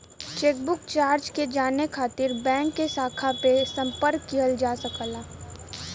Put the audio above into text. chequebook charge के जाने खातिर बैंक के शाखा पे संपर्क किहल जा सकला